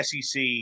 SEC